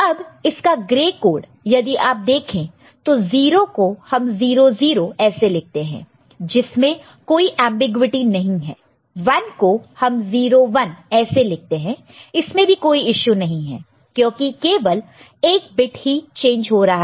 अब इसका grey code यदि आप देखें तो 0 को हम 0 0 ऐसे लिखते हैं जिसमें कोई ऐम्बिग्युइटि नहीं है 1 को हम 0 1 ऐसे लिखते हैं इसमें भी कोई इशू नहीं है क्योंकि केवल 1 बिट ही चेंज हो रहा है